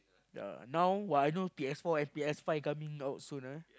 ya now what I know P_S-four and P_S-five coming out soon ah